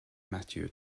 matthew